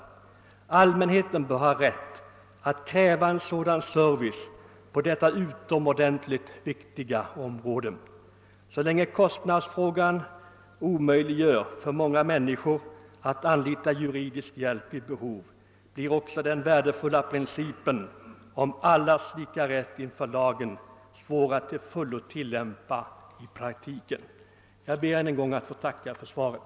Allmänheten bör ha rätt att kräva en sådan service på detta utomordentligt viktiga område. Så länge kostnadsfrågan omöjliggör för många människor att anlita juridisk hjälp vid behov, blir också den värdefulla principen om allas lika rätt inför lagen svår att till fullo tillämpa i praktiken. Jag ber än en gång att få tacka för svaret.